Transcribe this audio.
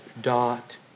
dot